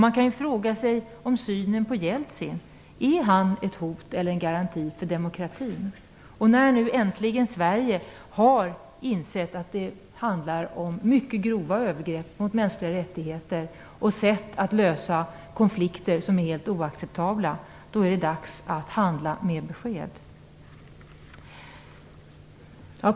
Man kan fråga sig hur synen på Jeltsin är. Är han ett hot eller en garanti för demokrati? När nu Sverige äntligen har insett att det handlar om mycket grova övergrepp mot mänskliga rättigheter och sätt att lösa konflikter som är helt oacceptabla är det dags att handla med besked.